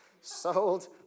sold